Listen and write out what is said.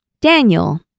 Daniel